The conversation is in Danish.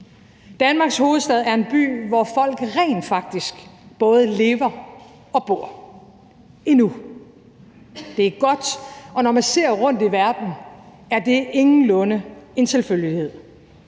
Danmarks hovedstad er en by, hvor folk rent faktisk både lever og bor – endnu. Det er godt. Og når man ser rundt i verden, er det ingenlunde en selvfølgelighed.